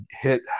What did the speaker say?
hit